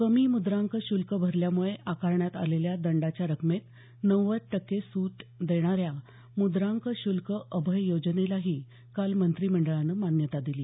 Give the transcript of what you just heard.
कमी मुद्रांक शुल्क भरल्यामुळे आकारण्यात आलेल्या दंडाच्या रकमेत नव्वद टक्के सूट देणाऱ्या मुद्रांक श्ल्क अभय योजनेलाही काल मंत्रिमंडळानं मान्यता दिली